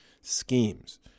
schemes